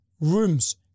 rooms